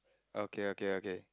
okay okay okay